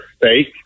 fake